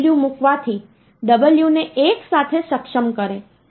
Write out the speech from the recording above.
તે 5 ગુણ્યાં 8 વત્તા 5 છે જે 45 ની બરાબર છે